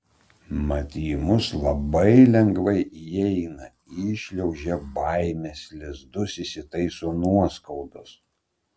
mat į mus labai lengvai įeina įšliaužia baimės lizdus įsitaiso nuoskaudos